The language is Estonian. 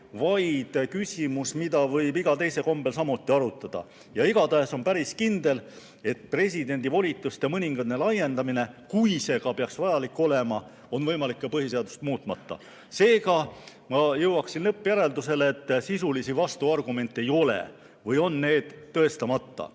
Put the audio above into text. vaid küsimus, mida võib iga teise kombel samuti arutada. Igatahes on päris kindel, et presidendi volituste mõningane laiendamine, kui see peaks ka vajalik olema, on võimalik põhiseadust muutmata. Seega ma jõuan lõppjäreldusele, et sisulisi vastuargumente ei ole või on need tõestamata.